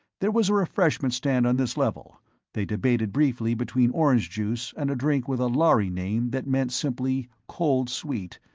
there was a refreshment stand on this level they debated briefly between orange juice and a drink with a lhari name that meant simply cold sweet,